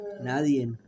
Nadie